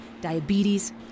diabetes